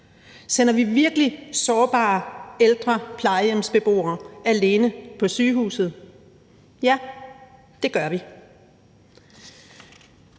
Sender vi virkelig sårbare plejehjemsbeboere alene på sygehuset? Ja, det gør vi.